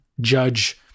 judge